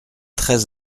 très